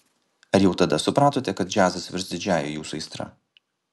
ar jau tada supratote kad džiazas virs didžiąja jūsų aistra